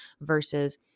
versus